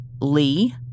Lee